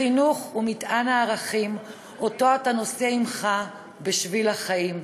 חינוך הוא מטען הערכים שאותו אתה נושא עימך בשביל החיים.